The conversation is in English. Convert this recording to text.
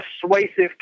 persuasive